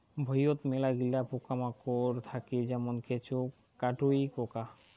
ভুঁইয়ত মেলাগিলা পোকামাকড় থাকি যেমন কেঁচো, কাটুই পোকা